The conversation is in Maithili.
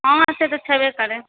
हॅं से तऽ छैबे करै